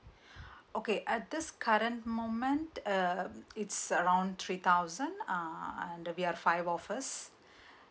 okay at this current moment uh it's around three thousand uh and we are five of us